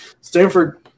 Stanford